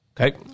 Okay